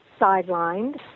sidelined